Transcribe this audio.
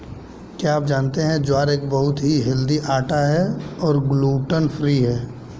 क्या आप जानते है ज्वार एक बहुत ही हेल्दी आटा है और ग्लूटन फ्री है?